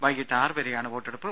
വൈകിട്ട് ആറ് വരെയാണ് വോട്ടെടുപ്പ്